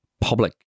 public